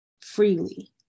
freely